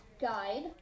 guide